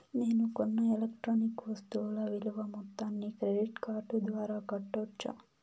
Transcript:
నేను కొన్న ఎలక్ట్రానిక్ వస్తువుల విలువ మొత్తాన్ని క్రెడిట్ కార్డు ద్వారా కట్టొచ్చా?